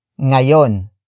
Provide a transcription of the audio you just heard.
ngayon